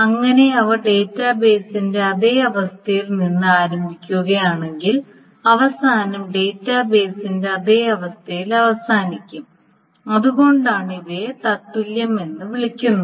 അങ്ങനെ അവ ഡാറ്റാബേസിന്റെ അതേ അവസ്ഥയിൽ നിന്ന് ആരംഭിക്കുകയാണെങ്കിൽ അവസാനം ഡാറ്റാബേസിന്റെ അതേ അവസ്ഥയിൽ അവസാനിക്കും അതുകൊണ്ടാണ് ഇവയെ തത്തുല്യമെന്ന് വിളിക്കുന്നത്